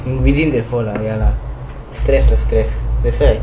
within the four lah stress ah